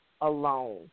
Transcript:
alone